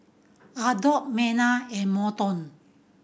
Adolf Mena and Morton